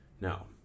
now